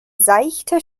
seichte